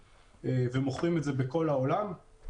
ואנחנו מוכרים את זה בכל העולם.